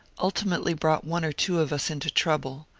ultimately brought one or two of us into trouble.